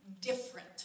different